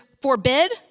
forbid